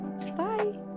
Bye